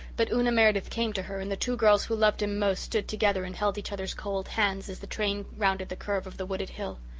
but una meredith came to her and the two girls who loved him most stood together and held each other's cold hands as the train rounded the curve of the wooded hill.